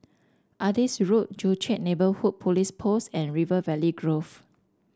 Adis Road Joo Chiat Neighbourhood Police Post and River Valley Grove